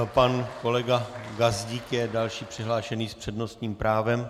Pan kolega Gazdík je další přihlášený s přednostním právem.